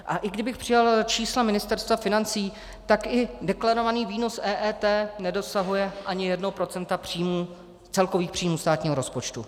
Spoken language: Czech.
A i kdybych přijal čísla Ministerstva financí, tak i deklarovaný výnos EET nedosahuje ani jednoho procenta celkových příjmů státního rozpočtu.